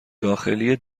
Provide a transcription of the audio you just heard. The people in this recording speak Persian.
داخلی